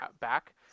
back